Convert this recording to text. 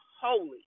holy